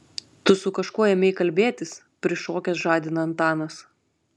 tu su kažkuo ėmei kalbėtis prišokęs žadina antanas